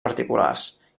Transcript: particulars